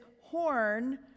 horn